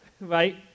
right